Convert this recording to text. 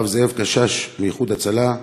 הרב זאב קשש מ"איחוד הצלה",